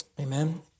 Amen